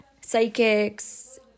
psychics